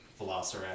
Velociraptor